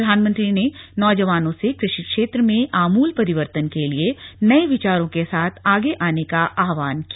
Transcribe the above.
प्रधानमंत्री ने नौजवानों से कृषि क्षेत्र में आमूल परिवर्तन के लिए नये विचारों के साथ आगे आने का आह्वान किया